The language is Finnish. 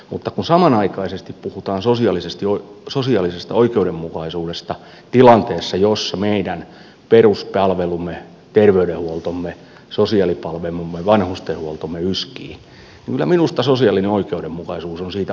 mutta kun samanaikaisesti puhutaan sosiaalisesta oikeudenmukaisuudesta tilanteessa jossa meidän peruspalvelumme terveydenhuoltomme sosiaalipalvelumme vanhustenhuoltomme yskii niin kyllä minusta sosiaalinen oikeudenmukaisuus on siitä aika kaukana